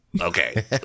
Okay